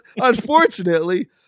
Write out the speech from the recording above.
unfortunately